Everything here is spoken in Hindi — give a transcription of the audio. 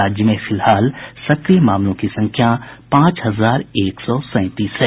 राज्य में फिलहाल सक्रिय मामलों की संख्या पांच हजार एक सौ सैंतीस है